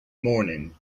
morning